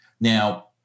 Now